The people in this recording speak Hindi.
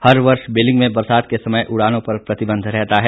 हर वर्ष बीलिंग में बरसात के समय उड़ानों पर प्रतिबंध रहता है